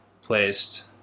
placed